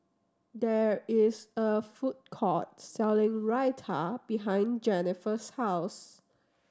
there is a food court selling Raita behind Jenniffer's house